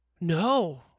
No